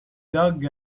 dug